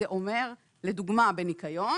זה אומר לדוגמה בניקיון